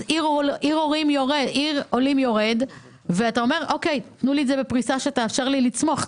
עיר עולים יורד ואתה אומר תנו לי את זה בפריסה שתאפשר לו לצמוח,